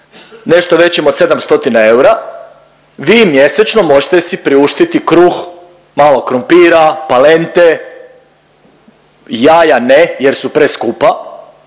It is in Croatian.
nešto većim od 700 eura vi mjesečno možete si priuštiti kruh, malo krumpira, palente, jaja ne jer su preskupa